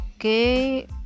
okay